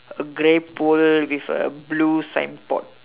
a grey pool with a blue signboard